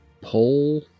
pull